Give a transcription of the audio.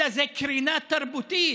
אלא זו קרינה תרבותית,